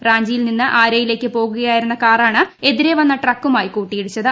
റാഞ്ചിയിൽ നിന്ന് ആരയിലേക്ക് പോകുകയായിരുന്ന കാറാണ് എതിരേ വന്ന ട്രക്കുമായി കൂട്ടിയിടിച്ചത്